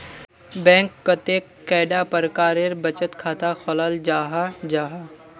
Bank कतेक कैडा प्रकारेर बचत खाता खोलाल जाहा जाहा?